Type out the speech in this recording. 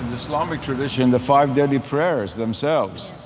islamic tradition, the five daily prayers themselves.